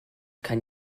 kann